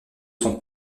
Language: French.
son